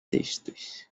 textos